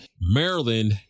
Maryland